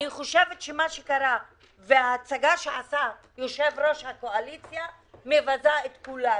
אני חושבת שמה שקרה וההצגה שעשה יושב-ראש הקואליציה מבזה את כולנו.